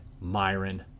Myron